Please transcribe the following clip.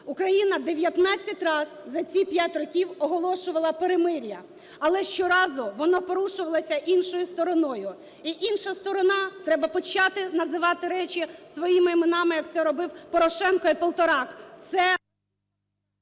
Україна 19 разів за ці 5 років оголошувала перемир'я. Але щоразу воно порушувалося іншою стороною. І інша сторона, треба почати називати речі своїми іменами, як це робив Порошенко іПолторак,